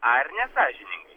ar nesąžiningai